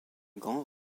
grand